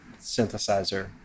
synthesizer